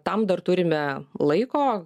tam dar turime laiko